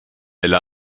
elle